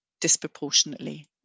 disproportionately